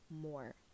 more